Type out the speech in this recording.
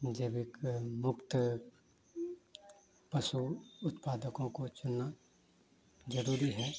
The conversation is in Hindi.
जब एक मुक्त पशु उत्पादकों को चुनना ज़रूरी है